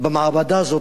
במעבדה הזאת,